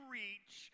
reach